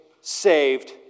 saved